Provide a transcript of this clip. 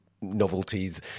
novelties